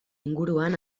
inguruan